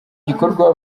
gikorwa